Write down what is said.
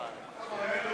לשנת התקציב 2015, בדבר